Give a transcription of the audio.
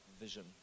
vision